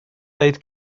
dweud